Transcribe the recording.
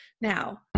now